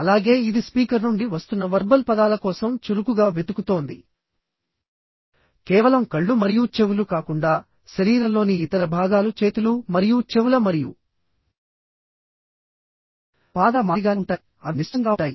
అలాగే ఇది స్పీకర్ నుండి వస్తున్న వర్బల్ పదాల కోసం చురుకుగా వెతుకుతోంది కేవలం కళ్ళు మరియు చెవులు కాకుండాశరీరంలోని ఇతర భాగాలు చేతులు మరియు చెవుల మరియు పాదాల మాదిరిగానే ఉంటాయి అవి నిశ్చలంగా ఉంటాయి